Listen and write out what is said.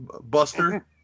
Buster